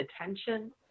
attention